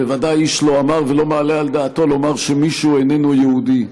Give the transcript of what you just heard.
בוודאי איש לא אמר ולא מעלה על דעתו לומר שמישהו איננו יהודי.